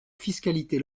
fiscalité